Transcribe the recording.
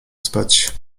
spać